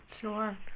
Sure